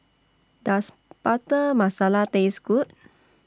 Does Butter Masala Taste Good